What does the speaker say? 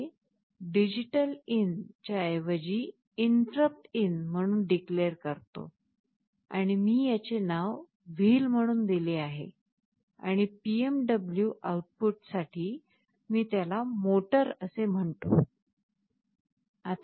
मी ते DigitalIn च्याऐवजी InterruptIn म्हणून declare करतो आणि मी ह्याचे नाव "wheel" म्हणून दिले आहे आणि PWM आऊट साठी मी त्याला "motor" असे म्हणतो आहे